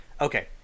Okay